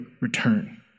return